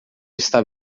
está